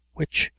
which,